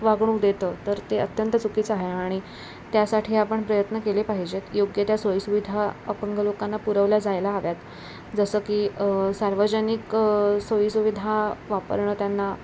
वागणूक देतं तर ते अत्यंत चुकीचं आहे आणि त्यासाठी आपण प्रयत्न केले पाहिजेत योग्य त्या सोयीसुविधा अपंग लोकांना पुरवल्या जायला हव्यात जसं की सार्वजनिक सोयीसुविधा वापरणं त्यांना